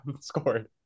scored